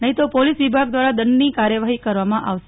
નહીં તો પોલીસ વિભાગ દ્વારા દંડની કાર્યવાહી કરવામાં આવશે